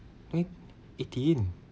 eight~ eighteen